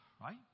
right